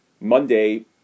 Monday